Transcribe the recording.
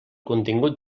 contingut